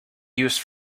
used